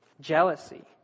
jealousy